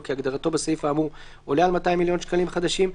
כהגדרתו בסעיף האמור עולה על 200 מיליון שקלים חדשים,